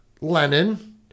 Lenin